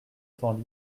temps